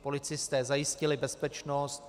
Policisté zajistili bezpečnost.